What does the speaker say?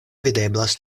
videblas